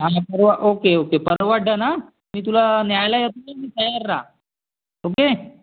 हा परवा okay okay परवा डन हां मी तुला न्यायला येतो तू तयार रहा ओके